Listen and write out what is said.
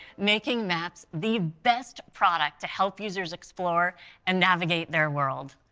making maps the best product to help users explore and navigate their world.